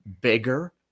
bigger